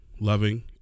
loving